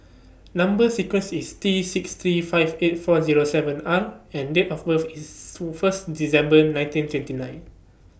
Number sequence IS T six three five eight four Zero seven R and Date of birth IS two First December nineteen twenty nine